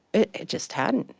it it just hadn't.